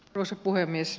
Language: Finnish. arvoisa puhemies